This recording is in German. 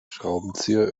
schraubenzieher